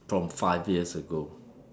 from five years ago